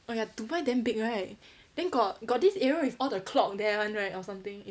oh ya dubai damn big right then got got this area with all the clock there [one] right or something